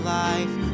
life